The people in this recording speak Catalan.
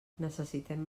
necessitem